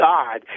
God